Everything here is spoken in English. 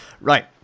Right